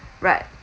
right